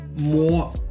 more